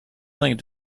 thing